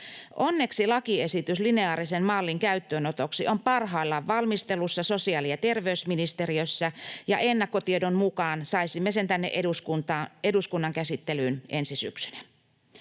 Onneksi lakiesitys lineaarisen mallin käyttöönotoksi on parhaillaan valmistelussa sosiaali- ja terveysministeriössä, ja ennakkotiedon mukaan saisimme sen tänne eduskunnan käsittelyyn ensi syksynä.